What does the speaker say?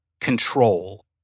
control